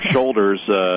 shoulders